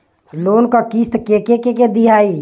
Loan क किस्त के के दियाई?